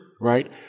Right